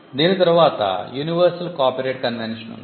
దీని తర్వాత Universal Copyright Convention ఉంది